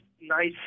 nice